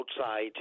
outside